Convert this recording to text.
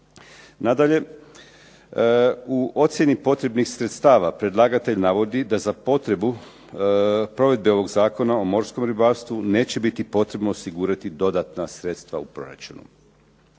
Nadalje, u ocjeni potrebnih sredstava predlagatelj navodi da za potrebu provedbe ovog Zakona o morskom ribarstvu neće biti potrebno osigurati dodatna sredstva u proračunu.